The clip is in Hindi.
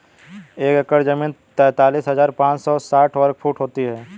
एक एकड़ जमीन तैंतालीस हजार पांच सौ साठ वर्ग फुट होती है